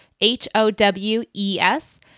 H-O-W-E-S